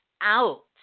out